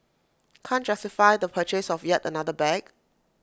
can't justify the purchase of yet another bag